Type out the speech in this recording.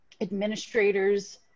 administrators